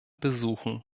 besuchen